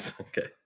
Okay